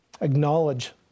acknowledge